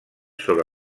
sobre